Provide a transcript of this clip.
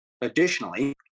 additionally